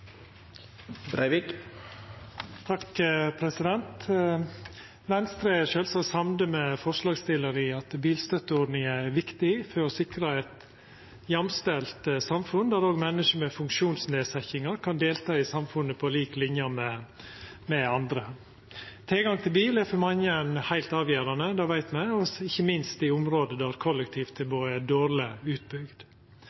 sjølvsagt samd med forslagstillarane i at bilstøtteordninga er viktig for å sikra eit jamstelt samfunn, der òg menneske med funksjonsnedsetjingar kan delta i samfunnet på lik linje med andre. Tilgang til bil er for mange heilt avgjerande – det veit me – ikkje minst i område der